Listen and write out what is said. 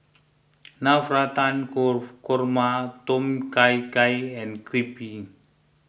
Navratan Korma Tom Kha Gai and Crepe